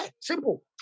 Simple